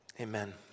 Amen